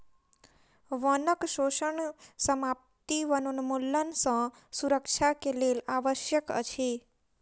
वनक शोषण समाप्ति वनोन्मूलन सँ सुरक्षा के लेल आवश्यक अछि